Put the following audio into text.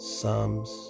Psalms